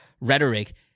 rhetoric